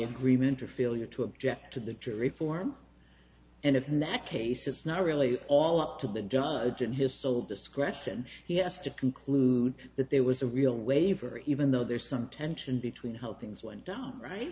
agreement or failure to object to the jury form and of nat case it's not really all up to the judge in his sole discretion he has to conclude that there was a real waiver even though there's some tension between how things went down right